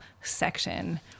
section